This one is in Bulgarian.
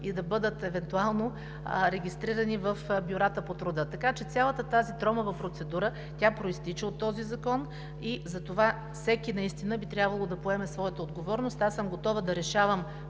и да бъдат евентуално регистрирани в бюрата по труда. Така че цялата тази тромава процедура произтича от този закон и затова всеки би трябвало да поеме своята отговорност. Аз съм готова да решавам